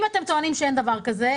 אם אתם טוענים שאין דבר כזה,